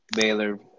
Baylor